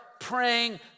Praying